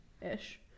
ish